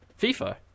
fifa